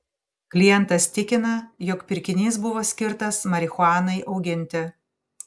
klientas tikina jog pirkinys buvo skirtas marihuanai auginti